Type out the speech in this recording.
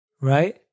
right